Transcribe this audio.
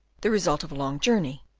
the result of a long journey,